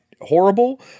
Horrible